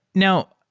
now,